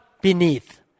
beneath